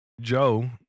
Joe